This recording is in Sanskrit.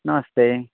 नमस्ते